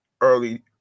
early